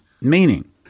Meaning